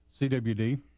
CWD